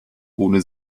ohne